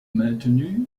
maintenu